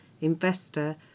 investor